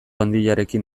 handiarekin